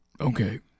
Okay